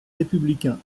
républicains